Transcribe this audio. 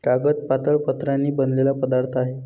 कागद पातळ पत्र्यांनी बनलेला पदार्थ आहे